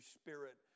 spirit